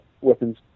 weapons